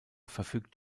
verfügt